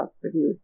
produced